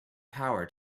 power